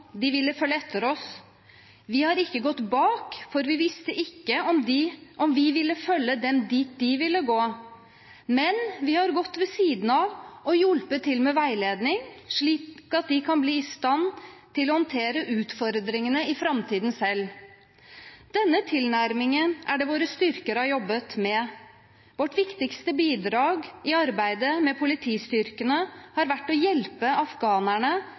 de ville følge etter oss. Vi har ikke gått bak, for vi visste ikke om vi ville følge dem dit de ville gå. Men vi har gått ved siden av og hjulpet til med veiledning, slik at de kan bli i stand til å håndtere utfordringene i framtiden selv. Denne tilnærmingen er det våre styrker har jobbet med. Vårt viktigste bidrag i arbeidet med politistyrkene har vært å hjelpe afghanerne